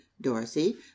Dorsey